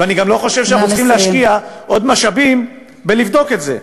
ואני גם לא חושב שאנחנו צריכים להשקיע עוד משאבים בלבדוק את זה.